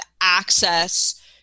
access